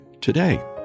today